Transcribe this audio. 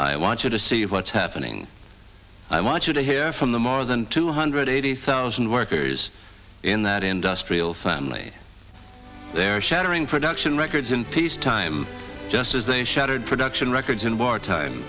i want you to see what's happening i want you to hear from the more than two hundred eighty thousand workers in that industrial family their shattering production records in peace time just as they shattered production records in wartime